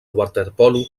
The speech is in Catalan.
waterpolo